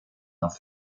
nach